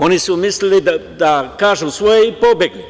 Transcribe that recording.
Oni su mislili da kažu svoje i da pobegnu.